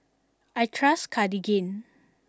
I trust Cartigain